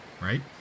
right